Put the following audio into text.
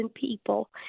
people